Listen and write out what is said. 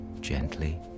gently